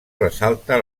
ressalta